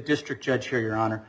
district judge here your honor